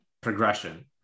progression